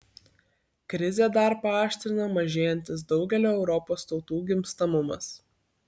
krizę dar paaštrina mažėjantis daugelio europos tautų gimstamumas